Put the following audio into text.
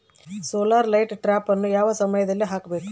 Solar light ಟ್ರಾಪನ್ನು ಯಾವ ಸಮಯದಲ್ಲಿ ಹಾಕಬೇಕು?